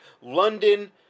London